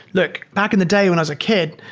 look. back in the day when i was a kid,